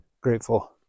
grateful